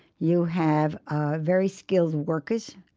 you have ah very skilled workers,